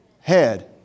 head